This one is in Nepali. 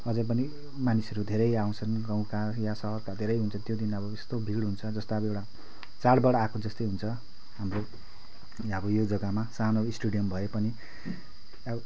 अझै पनि मानिसहरू धेरै आउँछन् गाउँका या सहरका धेरै हुन्छन् त्यो दिन यस्तो भिड हुन्छन् जस्तो अब एउटा चाडबाड आएको जस्तै हुन्छ हाम्रो अब यो जग्गामा सानो स्टेडियम भए पनि अब